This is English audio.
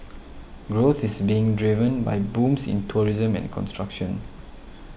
growth is being driven by booms in tourism and construction